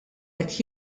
qed